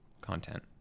content